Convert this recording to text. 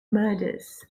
murders